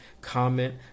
comment